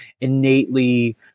innately